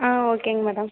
ஆ ஓகேங்க மேடம்